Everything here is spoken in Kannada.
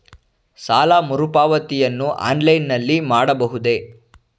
ಸಾಲ ಮರುಪಾವತಿಯನ್ನು ಆನ್ಲೈನ್ ನಲ್ಲಿ ಮಾಡಬಹುದೇ?